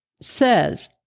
says